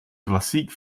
klassiek